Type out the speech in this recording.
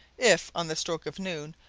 if, on the stroke of noon,